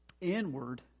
inward